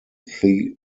thigh